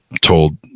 told